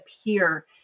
appear